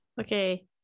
Okay